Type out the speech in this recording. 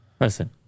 listen